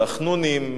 ו"החנונים",